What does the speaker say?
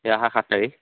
এই অহা সাত তাৰিখ